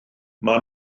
mae